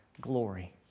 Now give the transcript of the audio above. glory